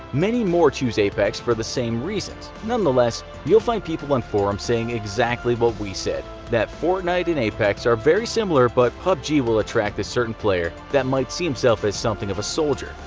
many more chose apex for the same reasons. nonetheless, you'll find people on forums saying exactly what we said, that fortnite and apex are very similar but pubg will attract a certain player that might see himself as something of a soldier.